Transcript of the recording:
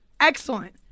Excellent